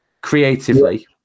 creatively